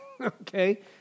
okay